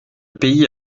pays